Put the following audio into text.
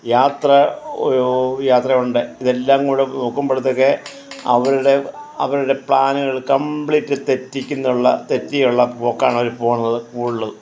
യാത്ര യാത്ര ഉണ്ട് ഇതെല്ലം കൂടെ നോക്കുമ്പോഴത്തേക്ക് അവരുടെ അവരുടെ പ്ലാനുകൾ കംപ്ലീറ്റ് തെറ്റിക്കുംന്നുള്ള തെറ്റിയുള്ള പോക്കാണ് അവർ പോണത് കൂടുതലും